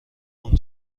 اون